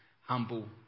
humble